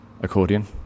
accordion